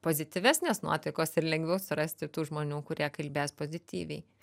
pozityvesnės nuotaikos ir lengviau surasti tų žmonių kurie kalbės pozityviai